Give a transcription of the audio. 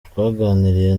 twaganiriye